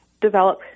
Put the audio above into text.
develop